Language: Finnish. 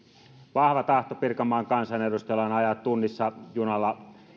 vahva tahto pirkanmaan kansanedustajilla on ajaa tunnissa junalla